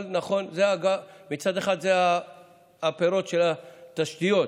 אבל נכון, מצד אחד זה הפירות של התשתיות: